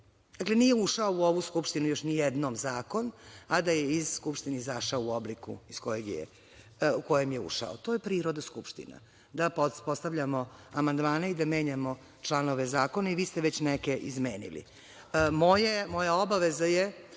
Dakle, nije ušao u ovu Skupštinu još ni jednom zakon, a da je iz Skupštine izašao u obliku u kojem je ušao. To je priroda Skupštine, da postavljamo amandmane i da menjamo članove zakona. Vi ste već neke izmenili. Moja obaveza je